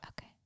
Okay